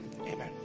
amen